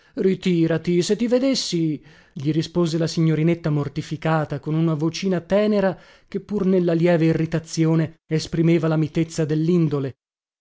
ritìrati se ti vedessi gli rispose la signorinetta mortificata con una vocina tenera che pur nella lieve irritazione esprimeva la mitezza dellindole